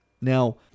Now